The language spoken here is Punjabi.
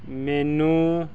ਮੈਨੂੰ